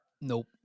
nope